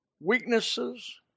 weaknesses